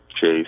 Chase